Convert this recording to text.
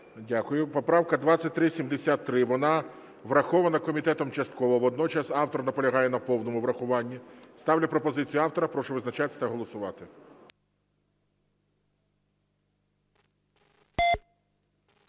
Дякую. Поправка 2373. Вона врахована комітетом частково, водночас автор наполягає на повному врахуванні. Ставлю пропозицію автора. Прошу визначатися та голосувати.